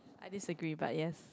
I disagree but yes